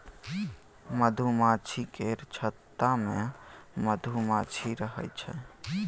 मधुमाछी केर छत्ता मे मधुमाछी रहइ छै